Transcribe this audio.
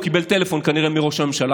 הוא קיבל טלפון כנראה מראש הממשלה,